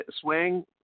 Swing